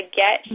get